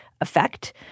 effect